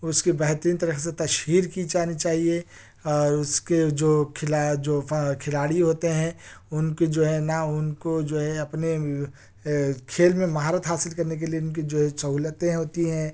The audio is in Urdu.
اس کی بہتریں طریقے سے تشہیر کی جانی چاہئے اور اس کے جو کھلا جو فا کھلاڑی ہوتے ہیں ان کی جو ہے نا ان کو جو ہے اپنے کھیل میں مہارت حاصل کرنے کے لئے ان کی جو ہے سہولتیں ہوتی ہیں